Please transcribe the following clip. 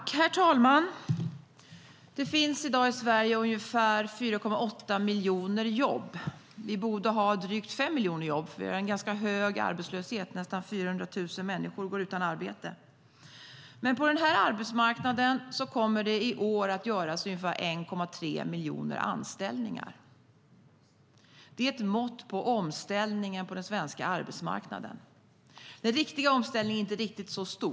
Herr talman! Det finns i dag i Sverige ungefär 4,8 miljoner jobb. Vi borde ha drygt 5 miljoner jobb, för vi har en ganska hög arbetslöshet. Nästan 400 000 människor går utan arbete. Men på den här arbetsmarknaden kommer det i år att göras ungefär 1,3 miljoner anställningar. Det är ett mått på omställningen på den svenska arbetsmarknaden. Den riktiga omställningen är inte riktigt så stor.